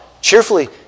cheerfully